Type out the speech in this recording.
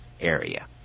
area